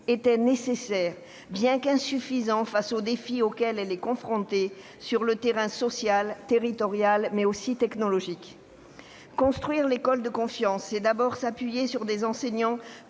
était nécessaire, bien qu'insuffisant face aux défis auxquels elle est confrontée sur le terrain social, territorial, mais aussi technologique. Construire l'école de la confiance, c'est d'abord s'appuyer sur des enseignants